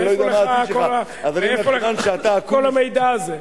מאיפה לך כל המידע הזה?